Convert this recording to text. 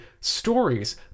stories